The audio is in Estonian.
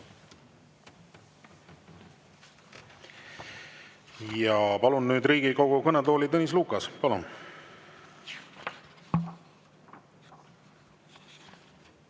Palun nüüd Riigikogu kõnetooli Tõnis Lukase. Palun!